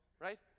Right